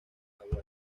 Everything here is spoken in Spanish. hawái